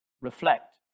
Reflect